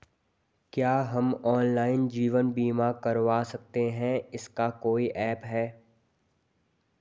क्या हम ऑनलाइन जीवन बीमा करवा सकते हैं इसका कोई ऐप है?